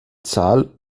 zahl